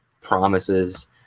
promises